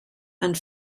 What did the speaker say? and